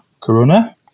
corona